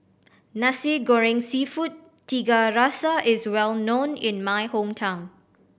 Nasi Goreng Seafood Tiga Rasa is well known in my hometown